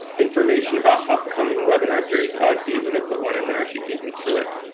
information about upcoming webinar series. oh i see una put one in there. she beat me to it.